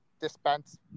dispense